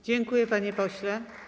Dziękuję, panie pośle.